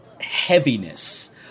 heaviness